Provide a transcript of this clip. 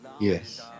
Yes